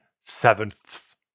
sevenths